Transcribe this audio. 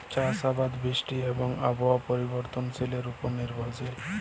চাষ আবাদ বৃষ্টি এবং আবহাওয়ার পরিবর্তনের উপর নির্ভরশীল